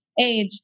age